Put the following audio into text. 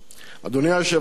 אדוני היושב-ראש,